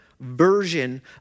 version